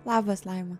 labas laima